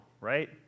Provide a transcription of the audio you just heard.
Right